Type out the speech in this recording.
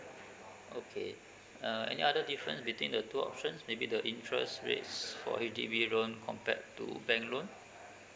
okay uh any other difference between the two options maybe the interest rates for H_D_B loan compared to bank loan